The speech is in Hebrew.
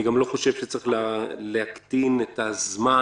אני גם לא חושב שצריך להקטין את הזמן